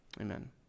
amen